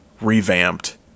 revamped